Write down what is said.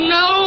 no